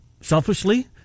selfishly